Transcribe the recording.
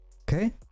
okay